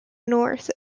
north